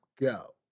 Go